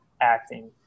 acting